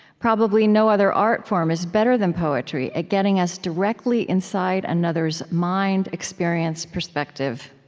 probably no other art form is better than poetry at getting us directly inside another's mind, experience, perspective.